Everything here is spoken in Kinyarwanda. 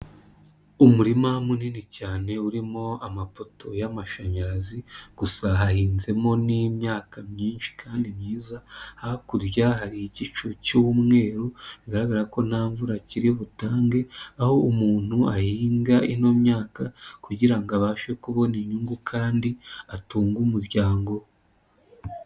Umurima munini cyane urimo amapoto y'amashanyarazi, gusa hahinzemo n'imyaka myinshi kandi myiza, hakurya hari igicu cy'umweru bigaragara ko nta mvura kiri butange aho umuntu ahinga ino myaka kugira ngo abashe kubona inyungu kandi atunge umuryango.